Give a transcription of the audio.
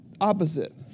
opposite